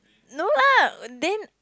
no lah uh then